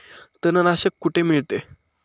तणनाशक कुठे मिळते?